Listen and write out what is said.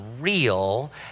real